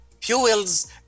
fuels